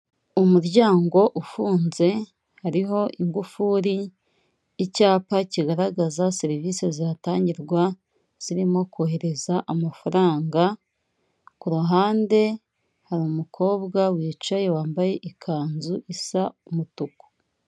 Umuryango ufunze hariho ingufuri, icyapa kigaragaza serivisi zihatangirwa zirimo kohereza amafaranga, ku ruhande hari umukobwa wicaye wambaye ikanzu isa umutuku.